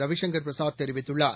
ரவிசங்கர் பிரசாத் தெரிவித்துள்ளார்